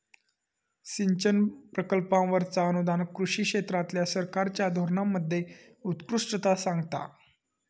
सिंचन प्रकल्पांवरचा अनुदान कृषी क्षेत्रातल्या सरकारच्या धोरणांमध्ये उत्कृष्टता सांगता